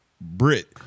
Brit